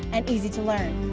and easy to learn.